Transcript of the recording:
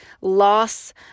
loss